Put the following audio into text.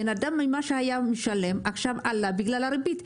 בן אדם מה שהיה משלם עכשיו עלה בגלל הריבית.